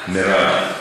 מירב,